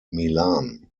milan